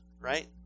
right